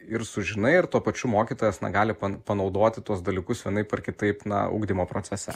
ir sužinai ir tuo pačiu mokytojas na gali panaudoti tuos dalykus vienaip ar kitaip na ugdymo procese